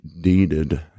deeded